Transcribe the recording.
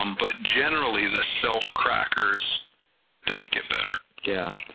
um but generally the self crackers don't get better. yeah